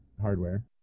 hardware